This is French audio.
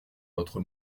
notre